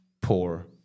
poor